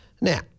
Now